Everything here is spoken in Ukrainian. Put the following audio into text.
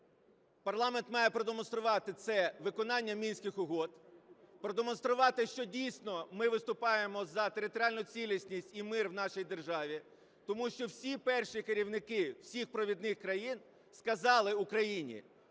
парламент має продемонструвати – це виконання Мінських угод, продемонструвати, що дійсно ми виступаємо за територіальну цілісність і мир в нашій державі. Тому що всі перші керівники всіх провідних країн сказали Україні,